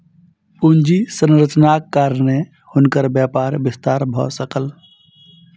पूंजी संरचनाक कारणेँ हुनकर व्यापारक विस्तार भ सकल